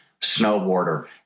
snowboarder